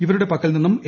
ഇവരുടെ പക്കൽ നിന്നും എ